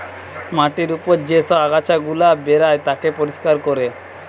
মাটির উপর যে সব আগাছা গুলা বেরায় তাকে পরিষ্কার কোরে